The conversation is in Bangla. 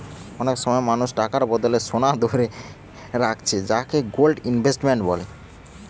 অনেক সময় মানুষ টাকার বদলে সোনা ধারে রাখছে যাকে গোল্ড ইনভেস্টমেন্ট বলে